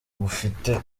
bufite